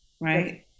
right